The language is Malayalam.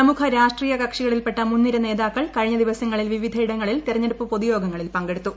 പ്രമുഖ രാഷ്ട്രീയ കക്ഷികളിൽപ്പെട്ട മുൻനിര നേതാക്കൾ കഴിഞ്ഞ ദിവസങ്ങളിൽ വിവിധ ഇടങ്ങളിൽ തെരഞ്ഞെടുപ്പ് പൊതുയോഗങ്ങളിൽ പങ്കെടുത്തു